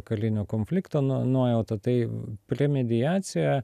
kalinio konflikto na nuojauta tai premediacija